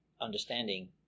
understanding